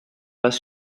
pas